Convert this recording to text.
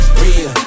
real